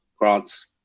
grants